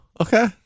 okay